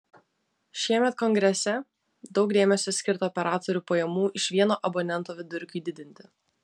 šiemet kongrese daug dėmesio skirta operatorių pajamų iš vieno abonento vidurkiui didinti